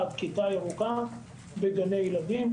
מה קורה אם התחלואה מתחילה לעלות בצורה דרמטית?